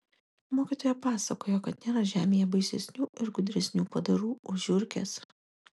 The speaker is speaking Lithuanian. mokytoja pasakojo kad nėra žemėje baisesnių ir gudresnių padarų už žiurkes